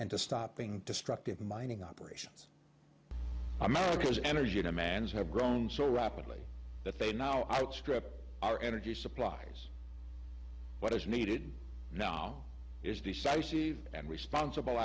and to stopping destructive mining operations america's energy demands have grown so rapidly that they now outstrip our energy supplies what is needed now is decisive and responsible